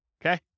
Okay